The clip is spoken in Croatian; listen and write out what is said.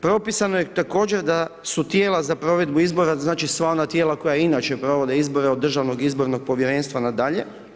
Propisano je također da su tijela za provedbu izbora, znači, sva ona tijela koja inače provode izbore, od Državnog izbornog povjerenstva na dalje.